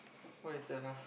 what is that lah